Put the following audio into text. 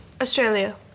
Australia